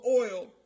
oil